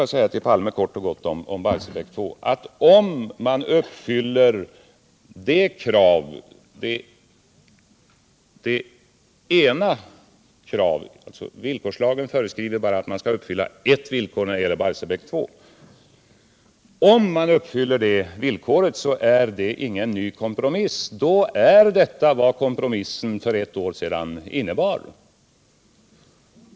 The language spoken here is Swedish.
Vad beträffar frågan om energipolitiken vill jag kort och gott säga till herr Palme att villkorslagen säger att endast ett villkor behöver uppfyllas när det gäller Barsebäck 2, och om man uppfyller det villkoret innebär detta ingen ny kompromiss, utan då motsvarar detta vad kompromissen för ett år sedan innebar.